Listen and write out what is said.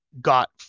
got